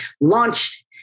launched